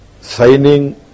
signing